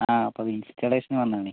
ആ അപ്പം ഇൻസ്റ്റാളേഷന് വന്നത് ആണേ